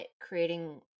creating